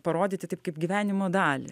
parodyti taip kaip gyvenimo dalį